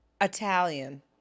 Italian